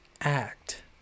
act